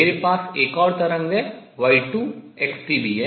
मेरे पास एक और तरंग y2xt भी है